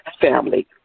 family